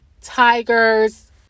Tigers